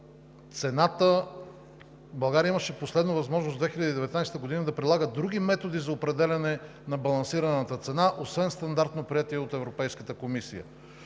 България имаше последно възможност до 2019 г. да прилага други методи за определяне на балансираната цена освен стандартно приетите от Европейската комисия.